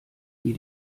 die